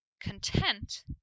content